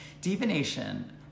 divination